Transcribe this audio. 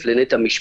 להצטרף לבית המשפט.